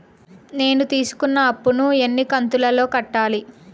నేను తీసుకున్న అప్పు ను ఎన్ని కంతులలో కట్టాలి?